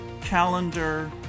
calendar